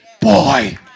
Boy